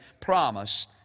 promise